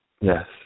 Yes